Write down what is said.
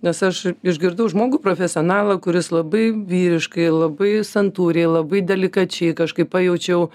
nes aš išgirdau žmogų profesionalą kuris labai vyriškai labai santūriai labai delikačiai kažkaip pajaučiau